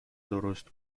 درست